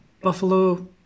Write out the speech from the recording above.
Buffalo